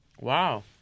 Wow